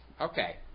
Okay